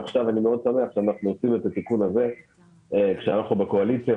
עכשיו אני מאוד שמח שאנחנו עושים את התיקון הזה כשאנחנו בקואליציה.